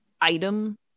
item